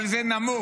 אבל זה נמוג.